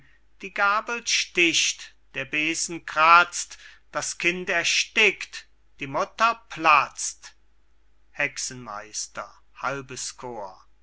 die gabel sticht der besen kratzt das kind erstickt die mutter platzt hexenmeister